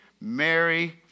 Mary